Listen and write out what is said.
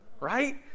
Right